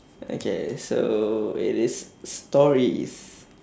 okay so it is stories